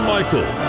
Michael